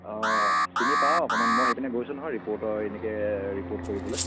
অঁ চিনি পাওঁ অকণমান মই সেইপিনে গৈছোঁ নহয় ৰিপৰ্টৰ এনেকৈ ৰিপৰ্ট কৰিবলৈ